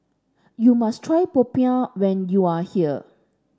you must try Popiah when you are here